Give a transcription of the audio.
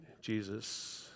Jesus